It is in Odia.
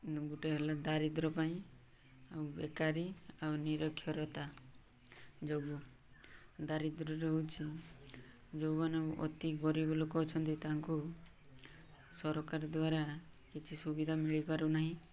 ଗୋଟିଏ ହେଲା ଦାରିଦ୍ର୍ୟ ପାଇଁ ଆଉ ବେକାରୀ ଆଉ ନିରକ୍ଷରତା ଯୋଗୁ ଦାରିଦ୍ର୍ୟ ହେଉଛି ଯେଉଁମାନେ ଅତି ଗରିବ ଲୋକ ଅଛନ୍ତି ତାଙ୍କୁ ସରକାର ଦ୍ୱାରା କିଛି ସୁବିଧା ମିଳିପାରୁନାହିଁ